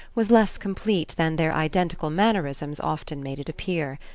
was less complete than their identical mannerisms often made it appear.